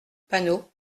panot